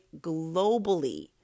Globally